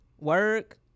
work